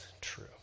true